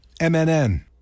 MNN